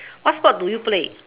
what sport do you play